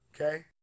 Okay